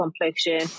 complexion